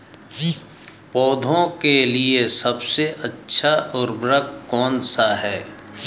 पौधों के लिए सबसे अच्छा उर्वरक कौन सा है?